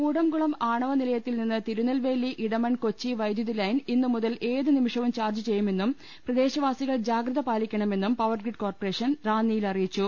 കൂടംകുളം ആണവ നിലയത്തിൽ നിന്ന് തിരുനെൽവേലി ഇടമൺ കൊച്ചി വൈദ്യുതി ലൈൻ ഇന്നുമുതൽ ഏത് നിമി ഷവും ചാർജ് ചെയ്യുമെന്നും പ്രദേശവാസികൾ ജാഗ്രത പാലി ക്കണമെന്നും പവർഗ്രിഡ് കോർപ്പറേഷൻ റാന്നിയിൽ അറിയിച്ചു